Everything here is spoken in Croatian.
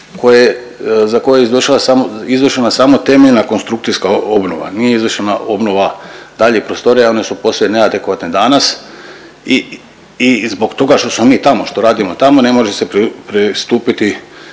za koje je izvršena samo temeljna konstrukcijska obnova. Nije izvršena obnova daljih prostorija, one su posve neadekvatne danas i zbog toga što smo mi tamo, što radimo tamo ne može se pristupiti